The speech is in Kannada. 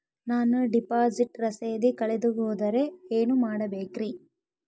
ನಾನು ಡಿಪಾಸಿಟ್ ರಸೇದಿ ಕಳೆದುಹೋದರೆ ಏನು ಮಾಡಬೇಕ್ರಿ?